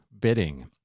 Bidding